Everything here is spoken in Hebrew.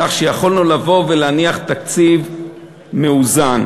כך שיכולנו לבוא ולהניח תקציב מאוזן.